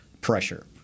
pressure